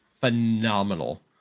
phenomenal